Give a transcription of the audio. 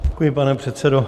Děkuji, pane předsedo.